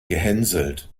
gehänselt